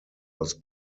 was